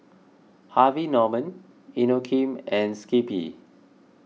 Harvey Norman Inokim and Skippy